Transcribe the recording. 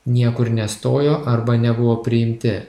niekur nestojo arba nebuvo priimti